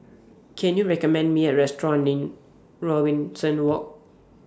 Can YOU recommend Me A Restaurant near Robinson Walk